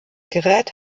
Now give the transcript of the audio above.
gerät